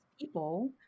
people –